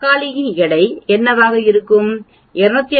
தக்காளியின் எடை என்னவாக இருக்கும்